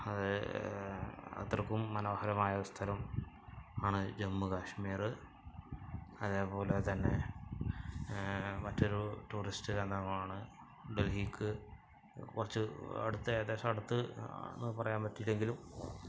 അത് അത്രക്കും മനോഹരമായ സ്ഥലം ആണ് ജമ്മുകശ്മീർ അതേപോലെത്തന്നെ മറ്റൊരു ടൂറിസ്റ്റ് കേന്ദ്രമാണ് ഡൽഹിക്ക് കുറച്ച് അടുത്തായിട്ട് ഏകദേശം അടുത്ത് പറയാൻ പറ്റൂല എങ്കിലും